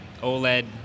OLED